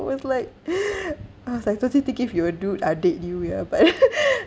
I was like I was like totally thinking if you're a dude I'd date you yeah but